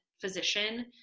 physician